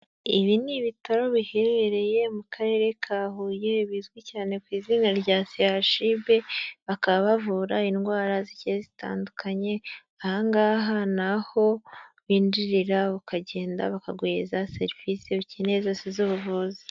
Ibi ni ibitaro biherereye mu karere ka Huye bizwi cyane ku izina rya CHUB, bakaba bavura indwara zigiye zitandukanye, ahangaha naho winjirira, ukagenda bakaguheriza serivisi ukeneye zose z'ubuvuzi.